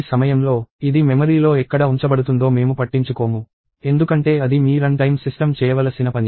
ఈ సమయంలో ఇది మెమరీలో ఎక్కడ ఉంచబడుతుందో మేము పట్టించుకోము ఎందుకంటే అది మీ రన్ టైమ్ సిస్టమ్ చేయవలసిన పని